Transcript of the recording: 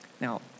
Now